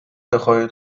بخواهید